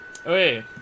Okay